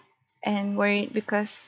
and worried because